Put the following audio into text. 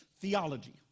theology